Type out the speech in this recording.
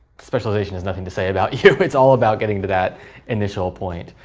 speculation has nothing to say about you, it's all about getting to that initial point.